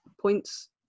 points